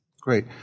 Great